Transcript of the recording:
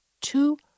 two